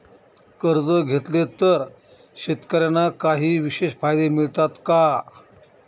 कर्ज घेतले तर शेतकऱ्यांना काही विशेष फायदे मिळतात का?